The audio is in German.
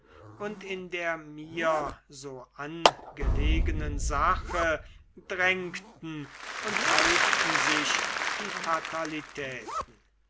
und in der mir so angelegenen sache drängten und häuften sich die